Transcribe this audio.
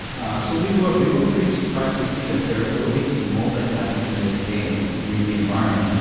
um so we were we were pretty surprised to see that their ability to multitask in this game, in this three d environment,